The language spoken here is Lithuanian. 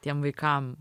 tiem vaikam